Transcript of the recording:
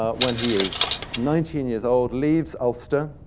ah when he is nineteen years old, leaves ulster,